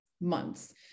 months